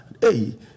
hey